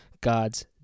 God's